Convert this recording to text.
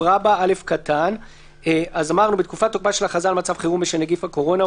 12א(א): "בתקופת תוקפה של הכרזה על מצב חירום בשל נגיף הקורונה,